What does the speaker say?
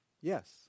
Yes